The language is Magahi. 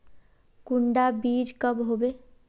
कुंडा बीज कब होबे?